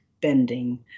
bending